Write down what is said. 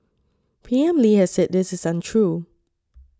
P M Lee has said this is untrue